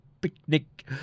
picnic